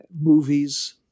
movies